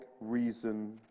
reason